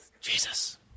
Jesus